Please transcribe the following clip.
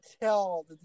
tell